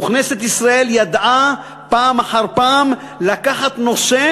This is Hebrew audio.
וכנסת ישראל ידעה פעם אחר פעם לקחת נושא